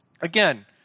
Again